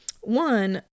One